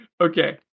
Okay